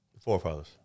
Forefathers